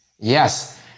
Yes